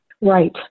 Right